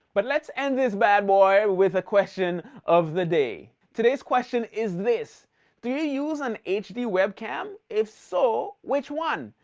but let's end this bad boy with a question of the day. today's question is this do you use an hd webcam? if so, which one?